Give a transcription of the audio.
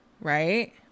Right